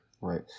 Right